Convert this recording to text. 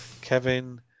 Kevin